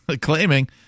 claiming